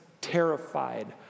terrified